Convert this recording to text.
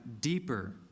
deeper